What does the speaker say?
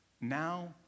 now